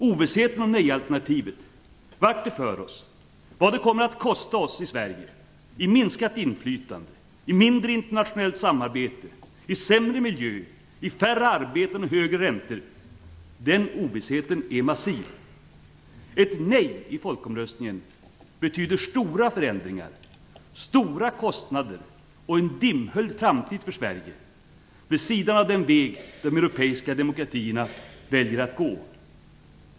Ovissheten om nej-alternativet - vart det för oss, vad det kommer att kosta oss i Sverige i minskat inflytande, i mindre internationellt samarbete, i sämre miljö, i färre arbeten och högre räntor - är massiv. Ett nej i folkomröstningen betyder stora förändringar, stora kostnader och en dimhöljd framtid för Sverige, vid sidan av den väg som de europeiska demokratierna väljer att gå.